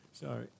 Sorry